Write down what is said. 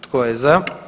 Tko je za?